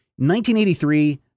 1983